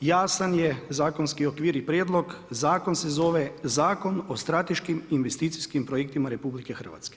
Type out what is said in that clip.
jasan je zakonski okvir i prijedlog zakon se zove Zakon o strateškim investicijskim projektima RH.